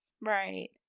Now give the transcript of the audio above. Right